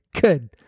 Good